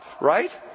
right